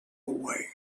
away